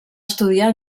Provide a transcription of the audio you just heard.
estudiar